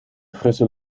frisse